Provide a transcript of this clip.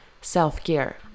self-care